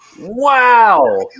Wow